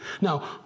Now